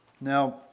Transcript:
Now